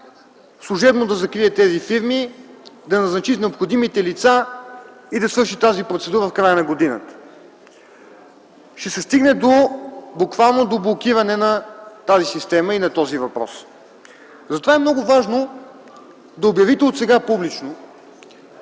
служебно да закрие тези фирми, да назначи необходимите лица и да свърши тази процедура в края на годината. Ще се стигне буквално до блокиране на тази система и на този въпрос. Затова е много важно да обявите отсега публично